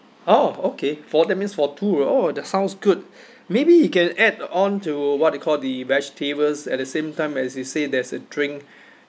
oh okay for that means for two oh that sounds good maybe you can add on to what they call the vegetables at the same time as you say there's a drink